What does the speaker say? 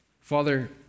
Father